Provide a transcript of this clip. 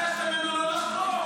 אבל אתה ביקשת ממנו לא לחקור.